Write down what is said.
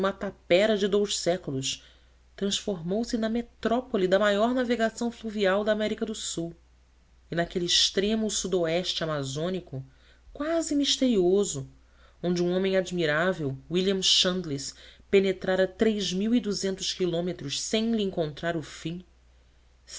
tapera de dois séculos transformou-se na metrópole da maior navegação fluvial da américa do sul e naquele extremo sudoeste amazônico quase misterioso onde um homem admirável william chandless penetrara quilômetros sem lhe encontrar o fim